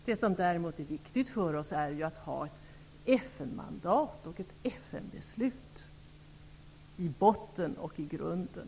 Det som däremot är viktigt för oss är att ha ett FN-mandat och ett FN-beslut i botten och i grunden.